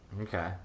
okay